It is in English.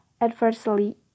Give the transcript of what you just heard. adversely